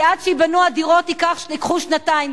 כי עד שייבנו הדירות, ייקח שנתיים.